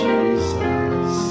Jesus